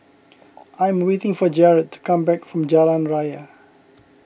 I am waiting for Jarrett to come back from Jalan Raya